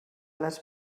les